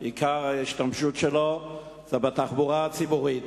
עיקר השימוש שלו הוא בתחבורה הציבורית.